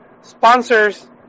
sponsors